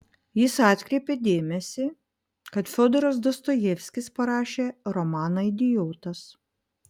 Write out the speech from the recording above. jis atkreipė dėmesį kad fiodoras dostojevskis parašė romaną idiotas